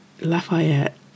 lafayette